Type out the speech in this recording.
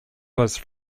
was